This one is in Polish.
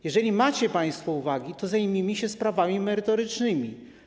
Jeżeli macie państwo uwagi, to zajmijmy się sprawami merytorycznymi.